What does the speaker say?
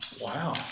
Wow